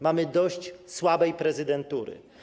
Mamy dość słabej prezydentury.